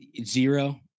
Zero